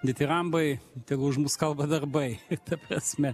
ditirambai tegul už mus kalba darbai ta prasme